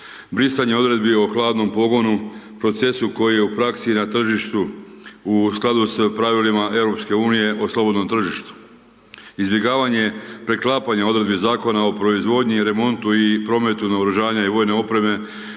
Brisanje odredbi o hladnom pogonu, procesu koji je u praksi na tržištu u skladu s pravilima EU o slobodnom tržištu, izbjegavanje preklapanje odredbi Zakona o proizvodnji i remontu i prometu naoružanja i vojne opreme